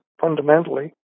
fundamentally